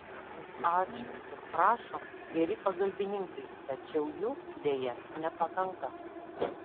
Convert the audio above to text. žodžiai ačiū ir prašom geri pagalbininkai tačiau jų deja nepakanka